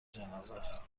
جنازهست